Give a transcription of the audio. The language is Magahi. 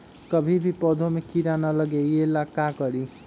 कभी भी पौधा में कीरा न लगे ये ला का करी?